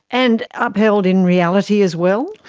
and upheld in reality as well?